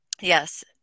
Yes